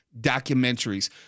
documentaries